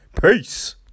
Peace